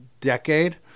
decade